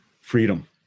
freedom